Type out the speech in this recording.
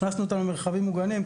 הכנסנו אותם למרחבים מוגנים.